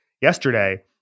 yesterday